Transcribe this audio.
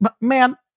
man